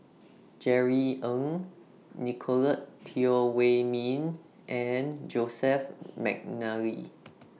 Jerry Ng Nicolette Teo Wei Min and Joseph Mcnally